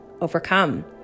overcome